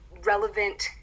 relevant